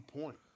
point